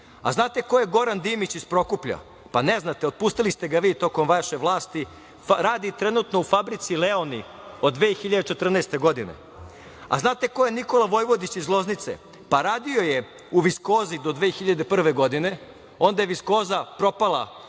li znate ko je Goran Dimić iz Prokuplja? Pa, ne znate. Otpustili ste ga vi tokom vaše vlasti. Radi trenutno u fabrici „Leoni“ od 2014. godine. Da li znate ko je Nikola Vojvodić iz Loznice? Radio je u „Viskozi“ do 2001. godine. Onda je „Viskoza“ propala